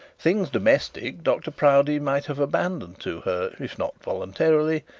things domestic dr proudie might have abandoned to her, if not voluntarily,